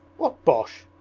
what bosh!